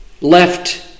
left